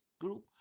Group